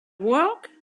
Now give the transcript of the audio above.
work